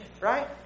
right